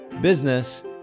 business